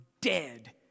dead